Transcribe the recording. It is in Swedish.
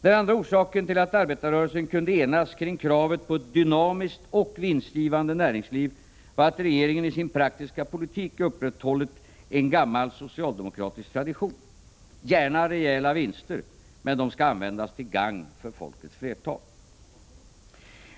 En annan orsak till att arbetarrörelsen kunde enas kring kravet på ett dynamiskt och vinstgivande näringsliv var att regeringen i sin praktiska politik upprätthållit en gammal socialdemokratisk tradition — det får gärna förekomma rejäla vinster, men de skall användas till gagn för folkets flertal.